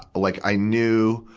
like i knew,